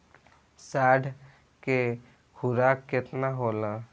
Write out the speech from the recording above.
साढ़ के खुराक केतना होला?